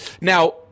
now